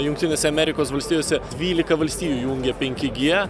jungtinėse amerikos valstijose dvylika valstijų įjungė penki gie